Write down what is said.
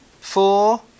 four